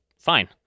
fine